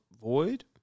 void